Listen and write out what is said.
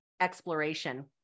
exploration